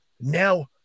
now